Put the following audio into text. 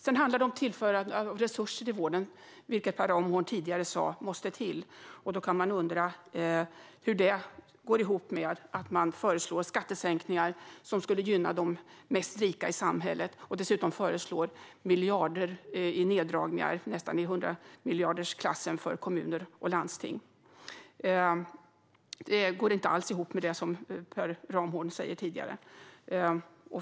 Sedan handlar det om att tillföra resurser i vården, vilket Per Ramhorn tidigare sa måste till. Då kan man undra hur det går ihop med att föreslå skattesänkningar som skulle gynna de mest rika i samhälle och dessutom föreslå miljarder i neddragningar. De är nästan i 100-miljardersklassen för kommuner och landsting. Det går inte alls ihop med det Per Ramhorn sa tidigare.